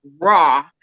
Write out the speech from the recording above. raw